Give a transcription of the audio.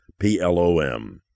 P-L-O-M